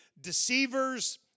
deceivers